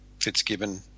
Fitzgibbon